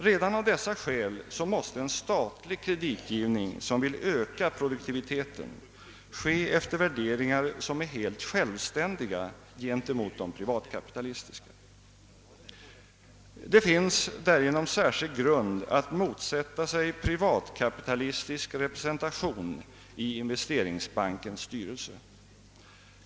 Redan av dessa skäl måste en statlig kreditgivning, som vill öka produktiviteten, ske efter värderingar som är helt självständiga gentemot de privatkapitalistiska. Det finns därigenom särskild grund att motsätta sig privatkapitalistisk representation i investeringsbankens styrelse.